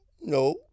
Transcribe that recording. no